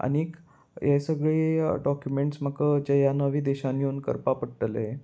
आनीक हे सगळे डॉक्युमेंट्स म्हाका जे ह्या नव्या देशान येवन करपा पडटले